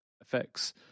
effects